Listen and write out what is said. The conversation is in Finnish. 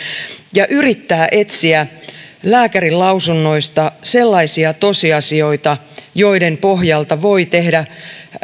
ja yrittää etsiä lääkärinlausunnoista sellaisia tosiasioita joiden pohjalta voi tehdä